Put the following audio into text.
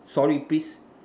sorry please